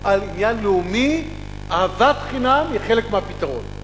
על עניין לאומי, אהבת חינם היא חלק מהפתרון.